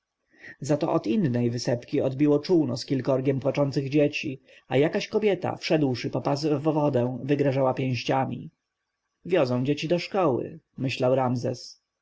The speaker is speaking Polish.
zato od innej wysepki odbiło czółno z kilkorgiem płaczących dzieci a jakaś kobieta wszedłszy po pas w wodę wygrażała pięściami wiozą dzieci do szkoły myślał ramzes